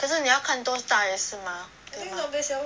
可是你要看多大也是吗对吗